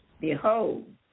Behold